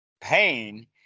pain